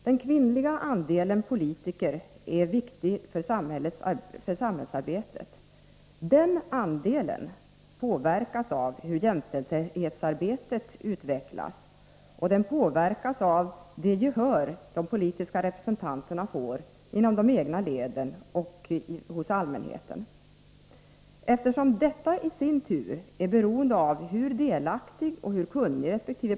Den kvinnliga andelen politiker är viktig för samhällsarbetet. Den andelen påverkas av hur jämställdhetsarbetet utvecklas och av det gehör som 'de politiska representanterna får inom de egna leden och hos allmänheten: Eftersom detta i sin tur är beroende av hur delaktig och hur kunnig resp.